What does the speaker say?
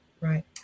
Right